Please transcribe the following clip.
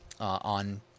on